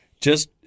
Just-